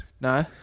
No